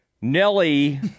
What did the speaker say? Nelly